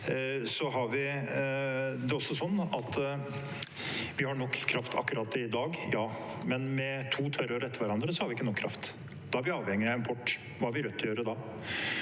Det er også sånn at vi har nok kraft akkurat i dag, ja, men med to tørrår etter hverandre vil vi ikke ha nok kraft. Da er vi avhengig av import. Hva vil Rødt gjøre da?